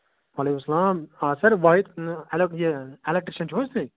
وعلیکُم سَلام ہاں سَر واہِد اٮ۪لک یہِ اٮ۪کلِکٹِرشَن چھِو حظ تُہۍ